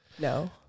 No